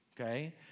okay